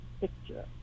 picture